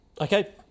Okay